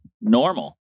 normal